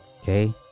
okay